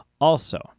Also-